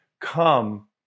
Come